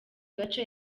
gace